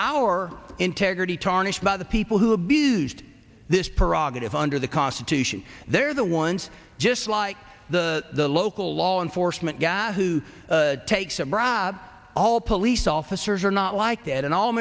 our integrity tarnished by the people who abused this prerogative under the constitution they're the ones just like the local law enforcement guy who takes a bribe all police officers are not like that and all